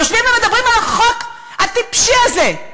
יושבים ומדברים על החוק הטיפשי הזה.